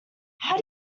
how